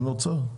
אין אוצר?